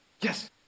Yes